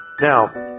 Now